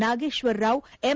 Nageswara Rao M